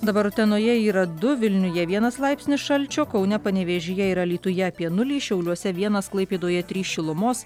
dabar utenoje yra du vilniuje vienas laipsnis šalčio kaune panevėžyje ir alytuje apie nulį šiauliuose vienas klaipėdoje trys šilumos